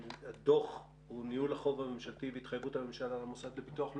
הדוח הוא ניהול החוב הממשלתי והתחייבות הממשלה למוסד לביטוח לאומי.